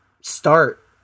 start